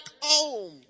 home